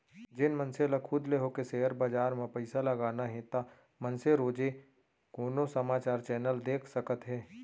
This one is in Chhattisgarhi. जेन मनसे ल खुद ले होके सेयर बजार म पइसा लगाना हे ता मनसे रोजे कोनो समाचार चैनल देख सकत हे